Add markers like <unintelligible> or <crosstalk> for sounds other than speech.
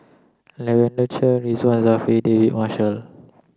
Lavender Chang Ridzwan Dzafir <unintelligible> Marshall